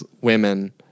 women